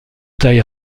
taille